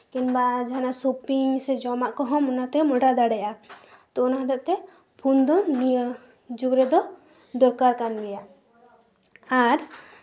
ᱠᱤᱢᱵᱟ ᱡᱟᱦᱟᱱᱟᱜ ᱥᱚᱯᱤᱝ ᱥᱮ ᱡᱚᱢᱟᱜ ᱠᱚᱦᱚᱸ ᱚᱱᱟᱛᱮᱢ ᱚᱰᱟᱨ ᱫᱟᱲᱮᱭᱟᱜᱼᱟ ᱛᱚ ᱚᱱᱟ ᱦᱚᱛᱮᱡ ᱛᱮ ᱯᱷᱳᱱ ᱫᱚ ᱱᱤᱭᱟᱹ ᱡᱩᱜᱽ ᱨᱮᱫᱚ ᱫᱚᱨᱠᱟᱨ ᱠᱟᱱ ᱜᱮᱭᱟ ᱟᱨ